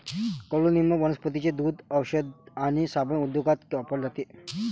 कडुनिंब वनस्पतींचे दूध, औषध आणि साबण उद्योगात वापरले जाते